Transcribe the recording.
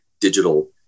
digital